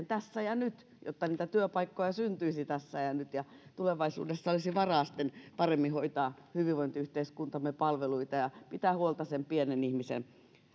tässä ja nyt jotta niitä työpaikkoja syntyisi tässä ja nyt ja tulevaisuudessa olisi varaa sitten paremmin hoitaa hyvinvointiyhteiskuntamme palveluita ja pitää huolta sen pienen ihmisen